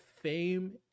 fame